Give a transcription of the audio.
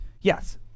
Yes